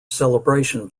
celebration